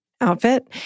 outfit